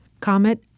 Comet